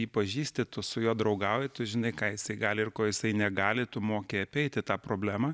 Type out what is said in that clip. jį pažįsti tu su juo draugauji tu žinai ką jisai gali ir ko jisai negali tu moki apeiti tą problemą